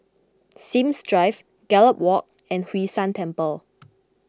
Sims Drive Gallop Walk and Hwee San Temple